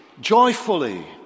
joyfully